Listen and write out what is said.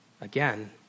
Again